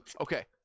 Okay